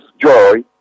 joy